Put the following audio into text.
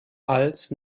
als